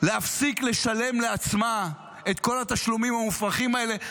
להפסיק לשלם לעצמה את כל התשלומים המופרכים האלה.